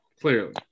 Clearly